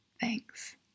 thanks